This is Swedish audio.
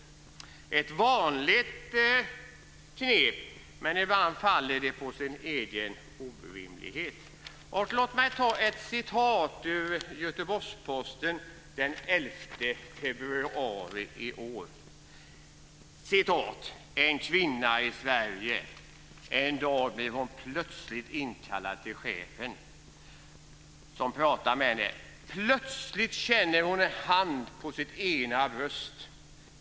Det är ett vanligt knep, men ibland faller det på sin egen orimlighet. Låt mig ta ett citat från Göteborgs-Posten den 11 februari i år: "En kvinna i Sverige. - En dag blir hon plötsligt inkallad till chefen - Plötsligt känner hon en hand på sitt ena bröst.